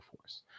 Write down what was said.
force